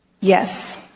Yes